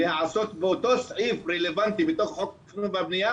להיעשות באותו סעיף רלבנטי בתוך תכנון והבנייה